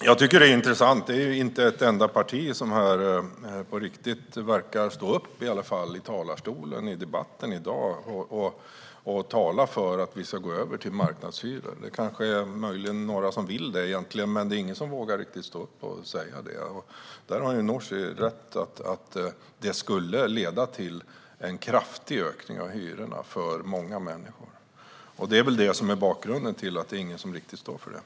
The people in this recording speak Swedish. Herr talman! Det är intressant att inte ett enda parti verkar stå upp för att man tycker att vi ska gå över till marknadshyror, i alla fall inte i talarstolen i debatten i dag. Det är möjligen några som vill det egentligen. Men ingen vågar stå upp för det och säga det. Nooshi har rätt i att det skulle leda till en kraftig ökning av hyrorna för många människor. Det är väl det som är bakgrunden till att ingen riktigt vill stå för det.